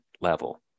level